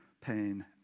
pain